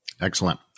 Excellent